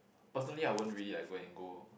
personally I won't really like go and go